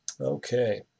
okay